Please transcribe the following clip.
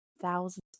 thousands